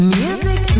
music